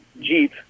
Jeep